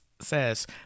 says